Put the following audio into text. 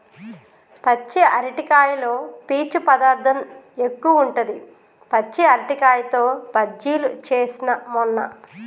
పచ్చి అరటికాయలో పీచు పదార్ధం ఎక్కువుంటది, పచ్చి అరటికాయతో బజ్జిలు చేస్న మొన్న